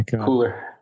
cooler